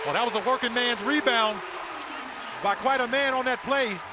that was a working man's rebound by quite a man on that play.